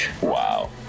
Wow